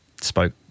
spoke